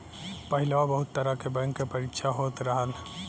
पहिलवा बहुत तरह के बैंक के परीक्षा होत रहल